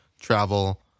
travel